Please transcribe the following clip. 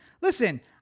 listen